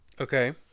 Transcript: Okay